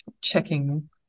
checking